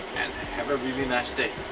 and have a really nice day.